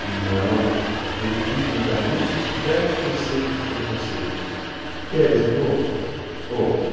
não verifico nos anúncios velhos conceitos e preconceitos queres um outro ouve